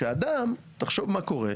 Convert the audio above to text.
שאדם, תחשוב מה קורה.